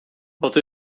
wat